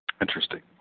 Interesting